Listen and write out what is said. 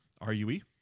R-U-E